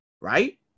right